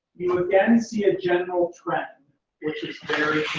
again see a general trend which is very